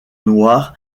noir